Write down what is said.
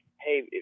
hey